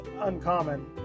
uncommon